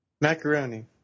Macaroni